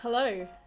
Hello